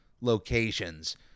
locations